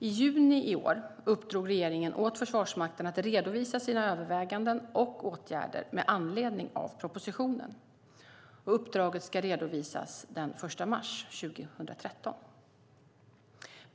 I juni i år uppdrog regeringen åt Försvarsmakten att redovisa sina överväganden och åtgärder med anledning av propositionen. Uppdraget ska redovisas den 1 mars 2013.